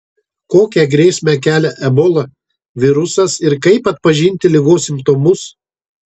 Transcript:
kokią grėsmę kelia ebola virusas ir kaip atpažinti ligos simptomus